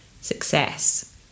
success